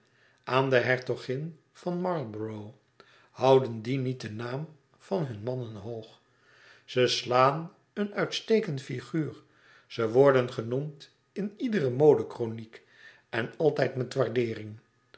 aan de hertogin van marlborough hoe houden die niet den naam van hun mannen hoog ze slaan een uitstekend figuur ze worden genoemd in iedere modekroniek en altijd met waardeering